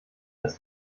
dass